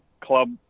club